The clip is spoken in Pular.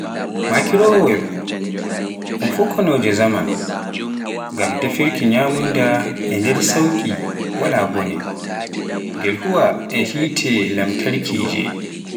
makiroweb, un fokkonoje zaman, ngam defirki nyamunda nder sauki walaa mbone, ngel hoowa e hiite lamtarkije.